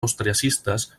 austriacistes